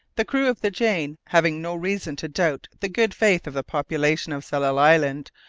the crew of the jane, having no reason to doubt the good faith of the population of tsalal island,